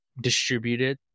distributed